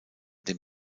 den